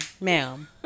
ma'am